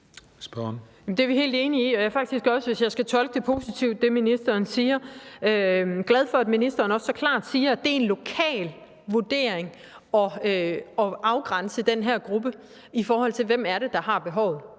Det er vi helt enige i. Jeg er, hvis jeg skal tolke det, som ministeren siger, positivt, faktisk også glad for, at ministeren så klart siger, at det er en lokal vurdering at afgrænse den her gruppe i forhold til, hvem det er, der har behovet.